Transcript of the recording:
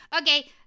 Okay